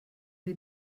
wir